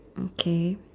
okay